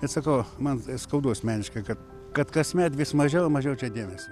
bet sakau man skaudu asmeniškai kad kad kasmet vis mažiau i mažiau čia dėmesio